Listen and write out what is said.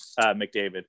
McDavid